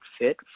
fit